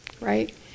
right